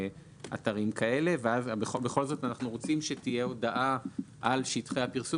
אתרים כאלה ובכל זאת אנחנו רוצים שתהיה הודעה על שטחי הפרסום